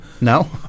No